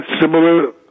similar